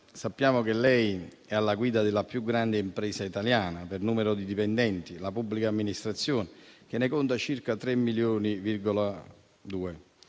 sappiamo che lei è alla guida della più grande impresa italiana per numero di dipendenti, la pubblica amministrazione, che ne conta circa 3,2 milioni.